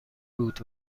بود